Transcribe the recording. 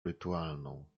rytualną